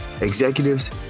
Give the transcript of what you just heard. executives